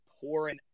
pouring